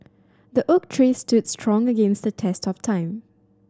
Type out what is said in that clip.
the oak tree stood strong against the test of time